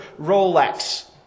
Rolex